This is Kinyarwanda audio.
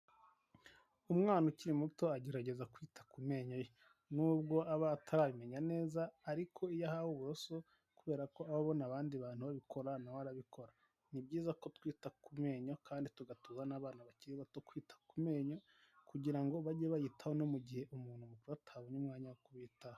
Umwana ukiri muto agerageza kwita ku menyo ye n'ubwo aba atarabimenya neza, ariko iyo ahawe uburoso kubera ko aba abona abandi bantu babikora nawe arabikora, ni byiza ko twita ku menyo kandi tugatubona n'abana bakiri bato kwita ku menyo, kugira ngo bajye bayitaho no mu gihe umuntu mukuru atabonye umwanya wo kuyitaho.